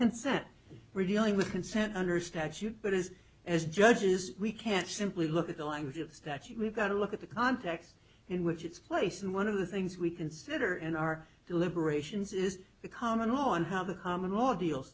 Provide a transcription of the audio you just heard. consent we're dealing with consent under statute but is as judges we can't simply look at the language of that you've got to look at the context in which it's place and one of the things we consider in our deliberations is the common on how the common law deal